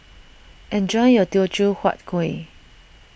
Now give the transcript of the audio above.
enjoy your Teochew Huat Kuih